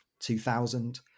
2000